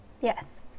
yes